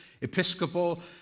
Episcopal